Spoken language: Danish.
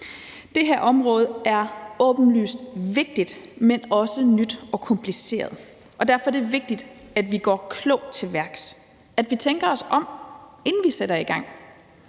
Det her område er åbenlyst vigtigt, men også nyt og kompliceret. Derfor er det vigtigt, at vi går klogt til værks, at vi tænker os om, inden vi sætter i gang.